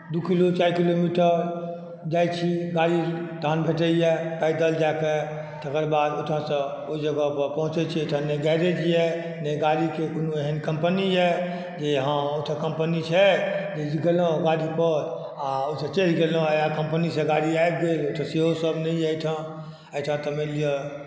दू किलो चारि किलोमीटर जाइ छी गाड़ी तहन भेटैया पैदल जायके तकर बाद ओहिठाम सँ ओहि जगह पर पहुँचै छी एहिठाम नहि गैरेज यऽ नहि गाड़ीके कोनो एहन कंपनी यऽ जे हॅं एहूठाम कंपनी छै जे गेलहुॅं गाड़ी पर आ ओहिठाम चढ़ि गेलहुॅं आ कंपनीसँ गाड़ी आबि गेल एहिठाम सेहो सब नहि एहिठमा एहिठाम तऽ मानि लिअ